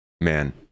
man